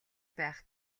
байх